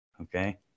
Okay